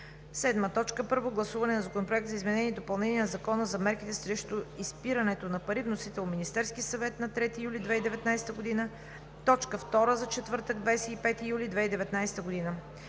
2019 г. 7. Първо гласуване на Законопроекта за изменение и допълнение на Закона за мерките срещу изпирането на пари. Вносител – Министерският съвет на 3 юли 2019 г. – точка втора за четвъртък, 25 юли 2019 г.